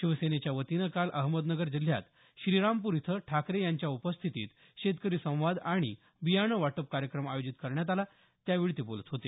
शिवसेनेच्या वतीनं काल अहमदनगर जिल्ह्यात श्रीरामपूर इथं ठाकरे यांच्या उपस्थितीत शेतकरी संवाद आणि बियाणं वाटप कार्यक्रम आयोजित करण्यात आला यावेळी ते बोलत होते